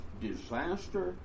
disaster